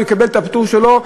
הוא יקבל את הפטור שלו,